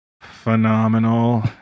phenomenal